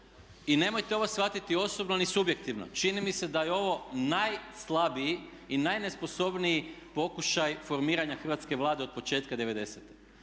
i nemojte ovo shvatiti osobno ni subjektivno čini mi se da je ovo najslabiji i najnesposobniji pokušaj formiranja Hrvatske vlade od početka 90.e.